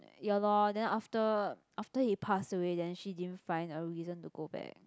ya lor then after after he pass away then she didn't find a reason to go back